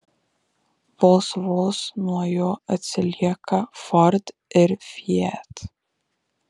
vos vos nuo jo atsilieka ford ir fiat